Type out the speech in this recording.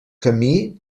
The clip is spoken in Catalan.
camí